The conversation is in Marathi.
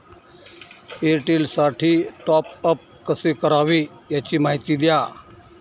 एअरटेलसाठी टॉपअप कसे करावे? याची माहिती द्या